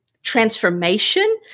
transformation